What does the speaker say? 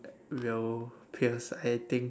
will pierce I think